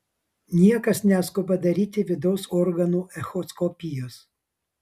niekas neskuba daryti vidaus organų echoskopijos